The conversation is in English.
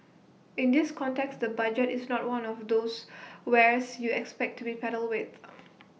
in this context the budget is not one of those wares you expect to be peddled with